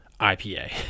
IPA